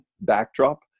backdrop